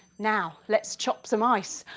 now lets chop some ice!